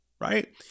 right